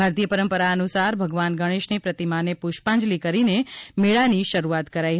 ભારતીય પરંપરા અનુસાર ભગવાન ગણેશની પ્રતિમાને પૂષ્પાંજલિ કરીને મેળાની શરૂઆત કરાઈ